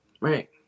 Right